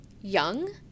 young